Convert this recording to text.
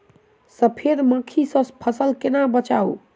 सफेद मक्खी सँ फसल केना बचाऊ?